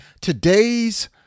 Today's